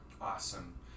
awesome